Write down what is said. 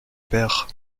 père